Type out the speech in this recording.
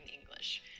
english